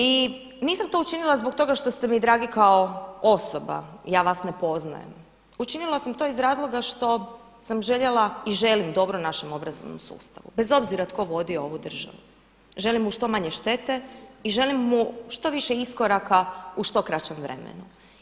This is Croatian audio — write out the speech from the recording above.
I nisam to učinila zbog toga što ste mi dragi kao osoba, ja vas ne poznajem, učinila sam to iz razloga što sam željela i želim dobro našem obrazovnom sustavu bez obzira tko vodio ovu državu, želim mu što manje štete i želim mu što više iskoraka u što kraćem vremenu.